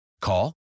Call